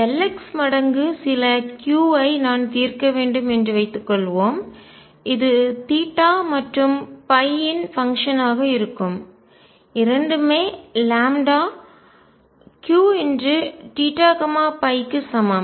L x மடங்கு சிலQ ஐ நான் தீர்க்க வேண்டும் என்று வைத்துக்கொள்வோம் இது தீட்டா மற்றும் வின் பங்ஷன் ஆக இருக்கும் இரண்டுமே லாம்ப்டா Q θ ϕ க்கு சமம்